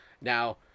Now